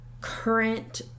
current